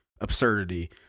absurdity